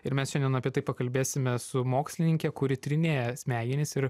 ir mes šiandien apie tai pakalbėsime su mokslininke kuri tyrinėja smegenis ir